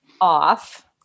off